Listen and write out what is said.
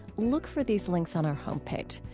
look for these links on our home page,